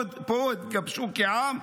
ועוד כבשו כעם,